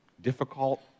difficult